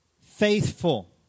Faithful